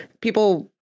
people